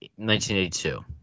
1982